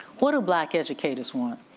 what do black educators want?